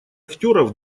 актеров